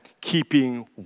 keeping